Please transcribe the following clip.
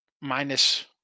minus